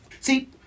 See